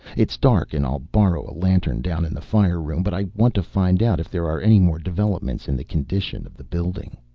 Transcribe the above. it's dark, and i'll borrow a lantern down in the fire-room, but i want to find out if there are any more developments in the condition of the building.